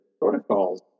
protocols